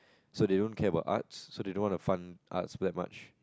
so they won't care about Arts so they don't want to fund Arts that much